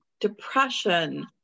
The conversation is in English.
depression